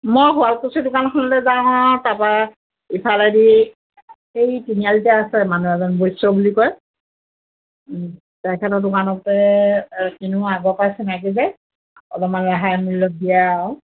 মই শুৱালকুচি দোকানখনলৈ যাওঁ তাৰপা ইফালেদি এই তিনিআলিতে আছে মানুহ এজন বৈশ্য বুলি কয় তেখেতৰ দোকানতে কিনো আগৰ পাই চিনাকি যে অলপমান ৰেহাই মূল্যত দিয়ে আৰু